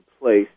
place